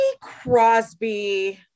Crosby